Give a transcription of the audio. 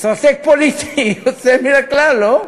אסטרטג פוליטי יוצא מן הכלל, לא?